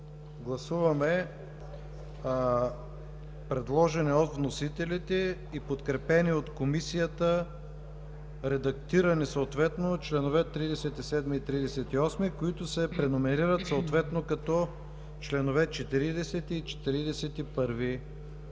Гласуваме предложени от вносителите и подкрепени от Комисията, редактирани съответно, членове 37 и 38, които се преномерират съответно като членове 40 и 41.